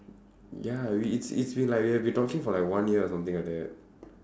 ya it's it's we like we have been talking for like one year or something like that